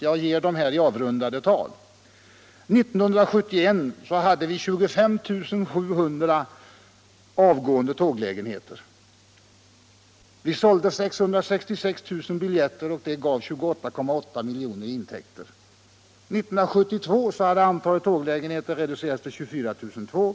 Jag läser här upp siffrorna avrundade. År 1971 hade vi 25 700 avgående tåglägenheter. Vi sålde 666 000 biljetter, och det gav 28,8 milj.kr. i intäkter. År 1972 hade antalet tåglägenheter reducerats till 24 200.